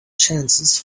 chances